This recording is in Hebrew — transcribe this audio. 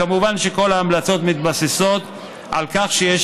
כמובן שכל ההמלצות מתבססות על כך שיש